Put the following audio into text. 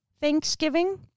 Thanksgiving